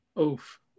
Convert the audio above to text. Oof